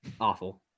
awful